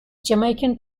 jamaican